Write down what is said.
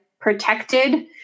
protected